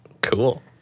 Cool